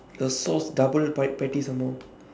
the sauce double pat~ patty some more